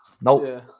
no